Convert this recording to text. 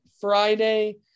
Friday